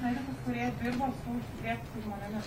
medikus kurie dirbo su užsikrėtusiais žmonėmis